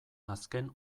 azken